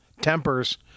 tempers